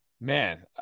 man